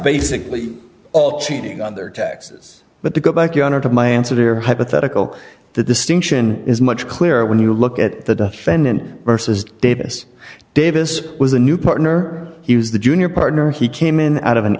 basically all cheating on their taxes but the go back yonder to my answer to your hypothetical the distinction is much clearer when you look at the defendant versus davis davis was a new partner he was the junior partner he came in out of an